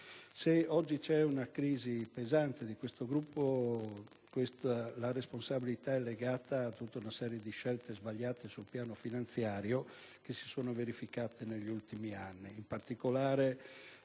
Se oggi c'è una crisi pesante di questo gruppo, la responsabilità è legata a tutta una serie di scelte sbagliate sul piano finanziario che si sono adottate negli ultimi anni,